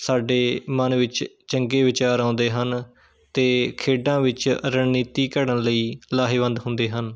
ਸਾਡੇ ਮਨ ਵਿੱਚ ਚੰਗੇ ਵਿਚਾਰ ਆਉਂਦੇ ਹਨ ਅਤੇ ਖੇਡਾਂ ਵਿੱਚ ਰਣਨੀਤੀ ਘੜਨ ਲਈ ਲਾਹੇਵੰਦ ਹੁੰਦੇ ਹਨ